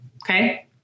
Okay